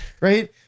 right